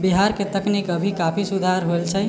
बिहारके तकनीक अभी काफी सुधार होइल छै